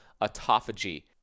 autophagy